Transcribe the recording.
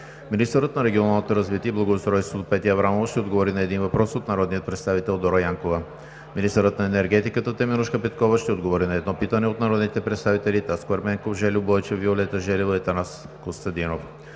Министърът на регионалното развитие и благоустройството Петя Аврамова ще отговори на един въпрос от народния представител Дора Янкова. 3. Министърът на енергетиката Теменужка Петкова ще отговори на едно питане от народните представители Таско Ерменков, Жельо Бойчев, Виолета Желева и Атанас Костадинов.